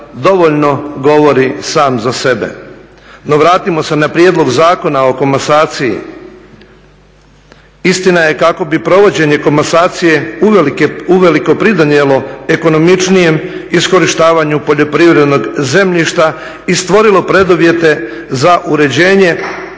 dovoljno govori sam za sebe. No vratimo se na prijedlog Zakona o komasaciji, istina je kako bi provođenje komasacije uvelike pridonijelo ekonomičnijem iskorištavanju poljoprivrednog zemljišta i stvorilo preduvjete za uređenje